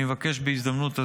בהזדמנות הזאת,